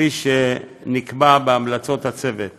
כפי שנקבע בהמלצות הצוות,